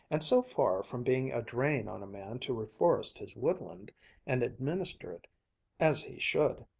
and so far from being a drain on a man to reforest his woodland and administer it as he should,